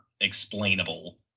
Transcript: explainable